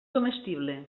comestible